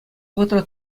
вӑхӑтра